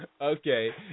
Okay